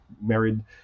married